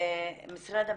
משרד המשפטים,